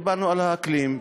דיברנו על האקלים,